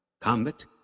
combat